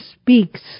speaks